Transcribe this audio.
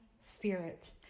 spirit